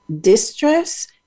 distress